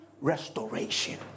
restoration